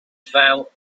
five